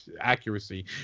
accuracy